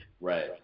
Right